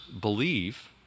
believe